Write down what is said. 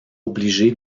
obligé